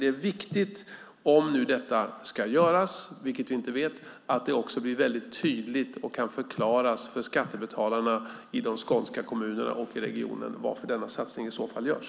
Det är viktigt, om nu detta ska göras - vilket vi inte vet - att det också blir väldigt tydligt och kan förklaras för skattebetalarna i de skånska kommunerna och i regionen varför denna satsning i så fall görs.